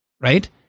Right